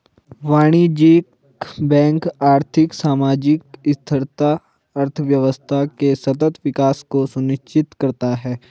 वाणिज्यिक बैंक आर्थिक, सामाजिक स्थिरता, अर्थव्यवस्था के सतत विकास को सुनिश्चित करता है